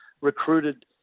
recruited